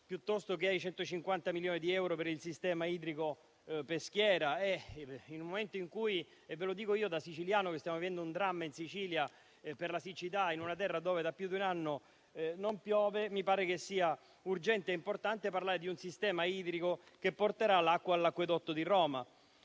piuttosto che ai 150 milioni di euro per il sistema idrico del Peschiera. In un momento in cui - ve lo dico da siciliano - stiamo vivendo un dramma in Sicilia per la siccità in una terra dove da più di un anno non piove, mi pare sia urgente e importante parlare di un sistema idrico che porterà l'acqua all'acquedotto di Roma.